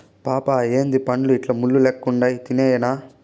పాపా ఏందీ పండ్లు ఇట్లా ముళ్ళు లెక్కుండాయి తినేయ్యెనా